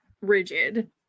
rigid